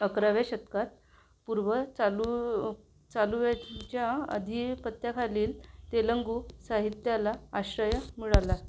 अकराव्या शतकात पूर्व चालू चालुयाच्या अधिपत्याखालील तेलगू साहित्याला आश्रय मिळाला